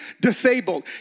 disabled